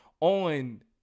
on